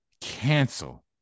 cancel